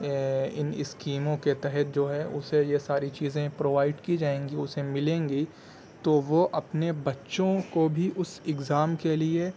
ان اسکیموں کے تحت جو ہے اسے یہ ساری چیزیں پرووائڈ کی جائیں گی اسے ملیں گی تو وہ اپنے بچوں کو بھی اس ایگزام کے لیے